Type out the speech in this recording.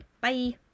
Bye